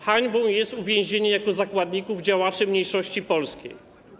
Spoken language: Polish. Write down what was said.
Hańbą jest uwięzienie jako zakładników działaczy mniejszości polskiej.